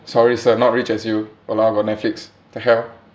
sorry sir not rich as you !walao! got netflix the hell